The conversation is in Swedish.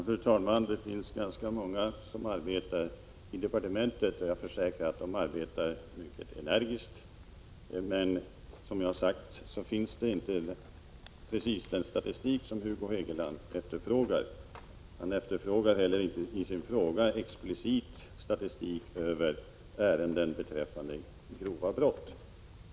Fru talman! Det finns ganska många som arbetar i departementet, och jag försäkrar att de arbetar energiskt. Men som sagt finns det inte precis den statistik som Hugo Hegeland efterfrågar. Han frågar explicit efter statistik över ärenden som gäller grova brott.